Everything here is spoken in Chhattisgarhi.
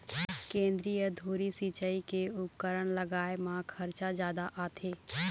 केंद्रीय धुरी सिंचई के उपकरन लगाए म खरचा जादा आथे